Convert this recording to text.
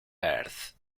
earth